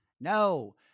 No